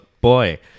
boy